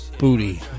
Booty